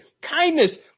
kindness